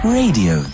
radio